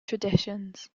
traditions